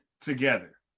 together